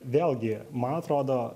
vėlgi man atrodo